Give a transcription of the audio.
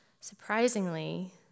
Surprisingly